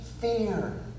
fear